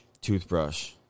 Toothbrush